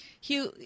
Hugh